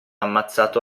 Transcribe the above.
ammazzato